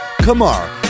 Kamar